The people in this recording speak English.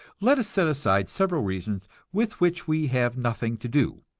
let us set aside several reasons with which we have nothing to do.